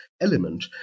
element